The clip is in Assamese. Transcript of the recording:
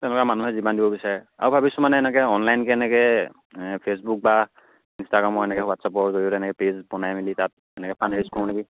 তেনেকুৱা মানুহে যিমান দিব বিচাৰে আৰু ভাবিছোঁ মানে এনেকৈ অনলাইনকৈ এনেকৈ ফেচবুক বা ইনষ্টাগ্ৰামৰ এনেকৈ হোৱাটছআপৰ জৰিয়তে এনেকৈ পেজ বনাই মেলি তাত এনেকৈ ফাণ্ড ৰেইজ কৰো নেকি